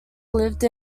live